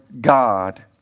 God